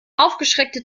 aufgeschreckte